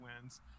wins